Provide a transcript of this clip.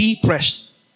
Depressed